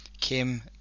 Kim